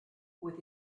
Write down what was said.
with